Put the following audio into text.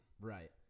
Right